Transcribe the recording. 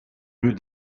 rue